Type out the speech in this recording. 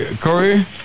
Corey